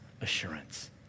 assurance